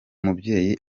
mubyeyi